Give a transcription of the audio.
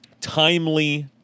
timely